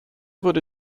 wurde